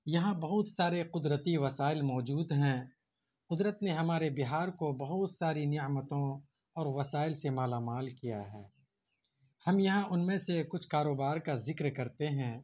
یہاں بہت سارے قدرتی وسائل موجود ہیں قدرت نے ہمارے بہار کو بہت ساری نعمتوں اور وسائل سے مالا مال کیا ہے ہم یہاں ان میں سے کچھ کاروبار کا ذکر کرتے ہیں